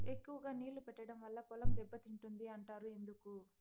ఎక్కువగా నీళ్లు పెట్టడం వల్ల పొలం దెబ్బతింటుంది అంటారు ఎందుకు?